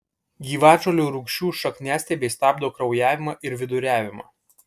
gyvatžolių rūgčių šakniastiebiai stabdo kraujavimą ir viduriavimą